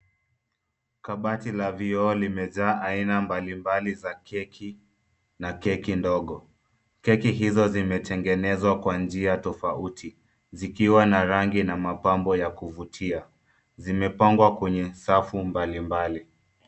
Kabati la vioo limejaaa aina mbalimbali za keki na keki ndogo. Keki hizo zimetegenezwa kwa njia tofauti zikiwa na rangi na mapambo ya kuvutia. Zimepangwa kwenye safu mbalimbali.